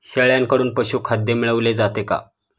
शेळ्यांकडून पशुखाद्य मिळवले जाते का?